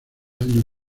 años